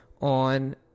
on